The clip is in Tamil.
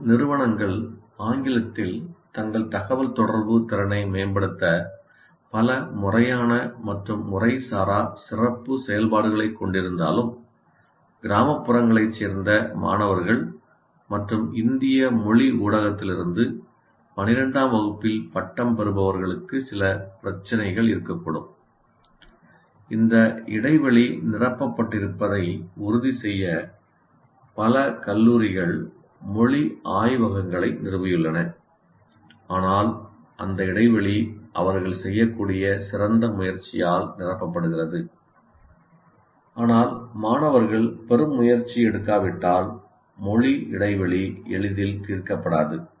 மேலும் நிறுவனங்கள் ஆங்கிலத்தில் தங்கள் தகவல் தொடர்பு திறனை மேம்படுத்த பல முறையான மற்றும் முறைசாரா சிறப்பு செயல்பாடுகளைக் கொண்டிருந்தாலும் கிராமப்புறங்களைச் சேர்ந்த மாணவர்கள் மற்றும் இந்திய மொழி ஊடகத்திருந்து 12 ஆம் வகுப்பில் பட்டம் பெறுபவர்களுக்கு சில பிரச்சினைகள் இருக்கக்கூடும் இந்த இடைவெளி நிரப்பப்பட்டிருப்பதை உறுதிசெய்ய பல கல்லூரிகள் மொழி ஆய்வகங்களை நிறுவியுள்ளன ஆனால் அந்த இடைவெளி அவர்கள் செய்யக்கூடிய சிறந்த முயற்சியால் நிரப்பப்படுகிறது ஆனால் மாணவர்கள் பெரும் முயற்சி எடுக்காவிட்டால் மொழி இடைவெளி எளிதில் தீர்க்கப்படாது